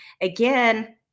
again